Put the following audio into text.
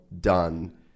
done